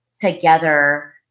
together